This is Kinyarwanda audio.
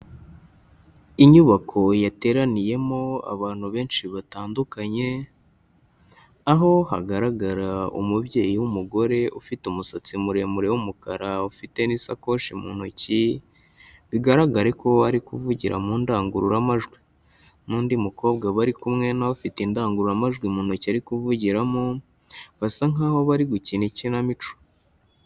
Inyubako yateraniyemo abantu benshi batandukanye, aho hagaragara umubyeyi w'umugore ufite umusatsi muremure w'umukara ufite n'isakoshi mu ntoki, bigaragare ko ari kuvugira mu ndangururamajwi n'undi mukobwa bari kumwe nawe abafite indangururamajwi mu ntoki ari kuvugiramo, bisa nk'aho bari gukina ikinamico.